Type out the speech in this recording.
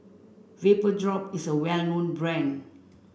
Vapodrop is a well known brand